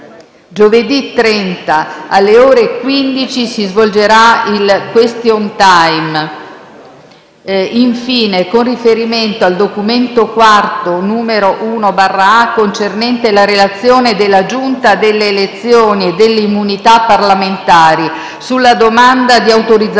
Giovedì 30, alle ore 15, si svolgerà il *question time.* Infine, con riferimento al documento IV, n. 1-A, concernente la Relazione della Giunta delle elezioni e delle immunità parlamentari sulla domanda di autorizzazione